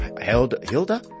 Hilda